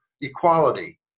equality